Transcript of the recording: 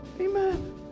amen